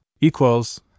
equals